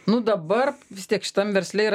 nu dabar vis tiek šitam versle yra